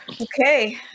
Okay